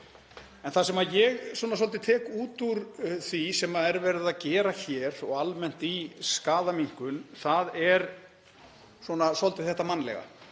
En það sem ég tek út úr því sem er verið að gera hér og almennt í skaðaminnkun er svolítið þetta mannlega.